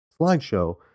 slideshow